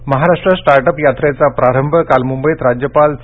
startup Maharashtra startup यात्रेचा प्रारंभ काल मुंबईत राज्यपाल चे